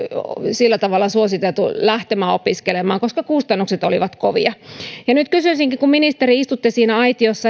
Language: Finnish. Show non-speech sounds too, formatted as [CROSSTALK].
suositeltu lähtemään opiskelemaan koska kustannukset olivat kovia nyt kysyisinkin kun ministeri istutte siinä aitiossa [UNINTELLIGIBLE]